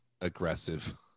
aggressive